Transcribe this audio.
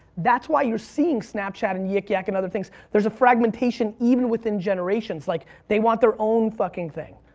that's why you're seeing snapchat and yik yak and other things. there's a fragmentation even within generations. like they want their own fucking thing,